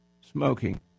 smoking